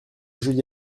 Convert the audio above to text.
jeudi